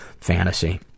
fantasy